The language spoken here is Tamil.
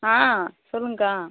ஆ சொல்லுங்கக்கா